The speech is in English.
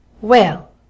Well